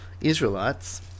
Israelites